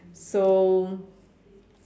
so